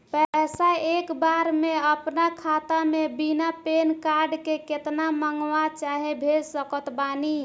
पैसा एक बार मे आना खाता मे बिना पैन कार्ड के केतना मँगवा चाहे भेज सकत बानी?